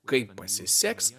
kaip pasiseks